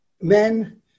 men